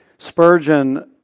Spurgeon